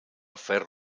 fer